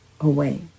away